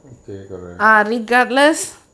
கேகல:kekala